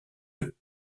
eux